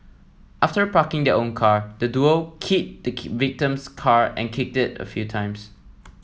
after parking their own car the duo keyed the victim's car and kicked it a few times